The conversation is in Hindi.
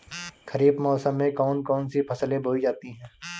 खरीफ मौसम में कौन कौन सी फसलें बोई जाती हैं?